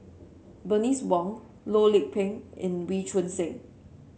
Bernice Wong Loh Lik Peng and Wee Choon Seng